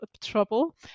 trouble